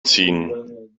ziehen